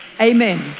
Amen